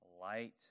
Light